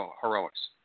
heroics